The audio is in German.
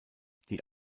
die